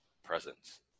presence